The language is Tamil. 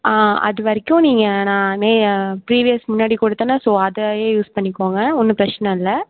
ஆ அது வரைக்கும் நீங்கள் நான் மே ப்ரீவியஸ் முன்னாடி கொடுத்தேனே ஸோ அதையே யூஸ் பண்ணிக்கோங்க ஒன்றும் பிரச்சனை இல்லை